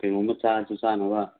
ꯀꯩꯅꯣꯃ ꯆꯥꯁꯨ ꯆꯥꯅꯕ